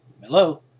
Hello